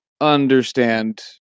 understand